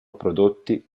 prodotti